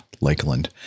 Lakeland